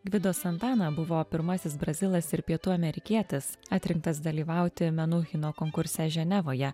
gvido santana buvo pirmasis brazilas ir pietų amerikietis atrinktas dalyvauti menuhino konkurse ženevoje